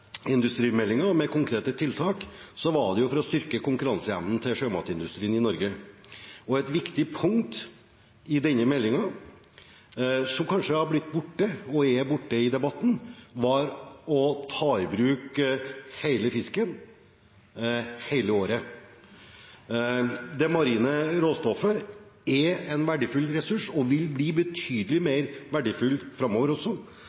med konkrete tiltak, var det for å styrke konkurranseevnen til sjømatindustrien i Norge. Et viktig punkt i denne meldingen, som kanskje har blitt – og er – borte i debatten, var å ta i bruk hele fisken, hele året. Det marine råstoffet er en verdifull ressurs og vil også bli betydelig mer verdifullt framover.